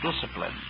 discipline